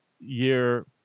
year